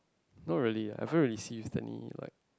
not really ah have you recieved any like